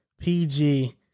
PG